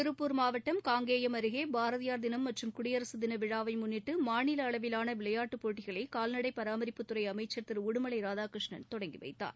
திருப்பூர் மாவட்டம் காங்கேயம் அருகே பாரதியார் தினம் மற்றும் குடியரசு தின விழாவை முன்னிட்டு மாநில அளவிலான விளையாட்டுப் போட்டிகளை கால்நடை பரா மரிப்புத்துறை அமைச்சர் திரு உடுமலை ராதாகிருஷ்ணன் தொ டங்கிவைத்தார்